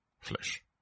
flesh